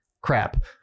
crap